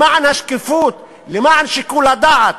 למען השקיפות, למען שיקול הדעת.